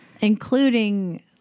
including